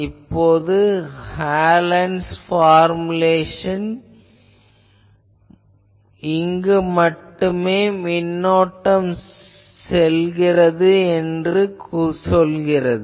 இப்போது ஹாலன்'ஸ் பார்முலேஷன் இங்கு மட்டுமே மின்னோட்டம் செல்கிறது என்று சொல்கிறது